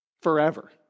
forever